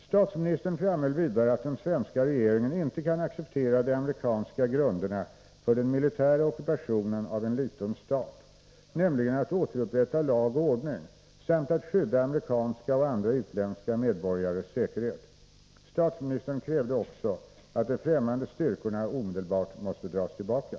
Statsministern framhöll vidare att den svenska regeringen inte kan acceptera de amerikanska grunderna för den militära ockupationen av en liten stat — nämligen att återupprätta lag och ordning samt att skydda krävde också att de fftämmande styrkorna omedelbart måste dras tillbaka.